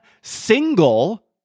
single